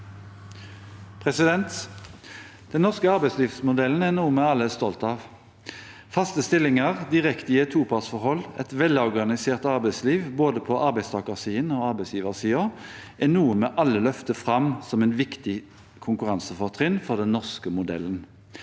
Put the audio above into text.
Den norske ar- beidslivsmodellen er noe vi alle er stolt av. Faste stillinger direkte i et topartsforhold, et velorganisert arbeidsliv både på arbeidstakersiden og arbeidsgiversiden, er noe vi alle løfter fram som et viktig konkurransefortrinn for den norske modellen.